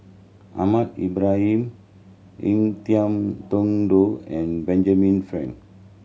Ahmad Ibrahim Ngiam Tong Dow and Benjamin Frank